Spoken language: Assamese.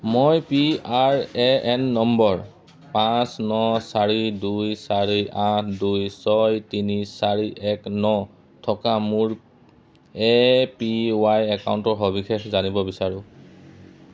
মই P R A N number পাঁচ ন চাৰি দুই চাৰি আঠ দুই ছয় তিনি চাৰি এক ন থকা মোৰ এ পি ৱাই একাউণ্টৰ সবিশেষ জানিব বিচাৰোঁ